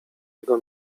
jego